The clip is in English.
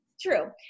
True